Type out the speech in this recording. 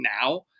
now